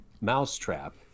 Mousetrap